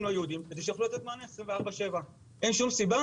לא יהודים כדי שיוכלו לתת מענה 24/7. אין שום סיבה